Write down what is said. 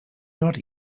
not